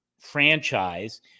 franchise